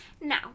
Now